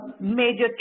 major